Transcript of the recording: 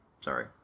Sorry